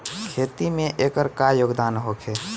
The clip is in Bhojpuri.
खेती में एकर का योगदान होखे?